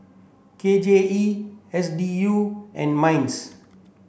K J E S D U and MINDS